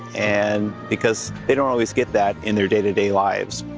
and because they don't always get that in their day-to-day lives.